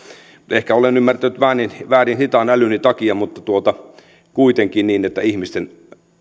ehkä olen ymmärtänyt väärin hitaan älyni takia mutta kuitenkin niin että ihmisten